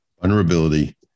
vulnerability